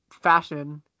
fashion